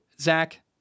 Zach